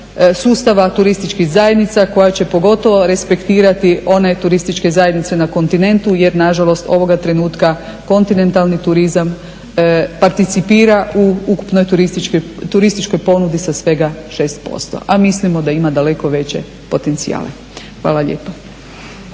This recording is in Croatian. sustava turističkih zajednica koja će pogotovo respektirati one turističke zajednice na kontinentu jer nažalost ovoga trenutka kontinentalni turizam participira u ukupnoj turističkoj ponudi sa svega 6%, a mislimo da ima daleko veće potencijale. Hvala lijepo.